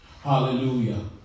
Hallelujah